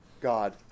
God